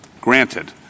granted